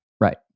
right